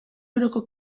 euroko